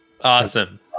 Awesome